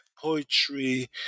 poetry